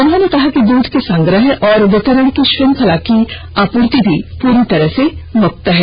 उन्होंने कहा कि दूध के संग्रह और वितरण की श्रृंखला की आपूर्ति भी पूरी तरह से मुक्त है